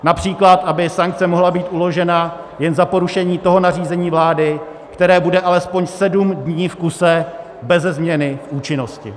Například aby sankce mohla být uložena jen za porušení toho nařízení vlády, které bude alespoň sedm dní v kuse beze změny v účinnosti.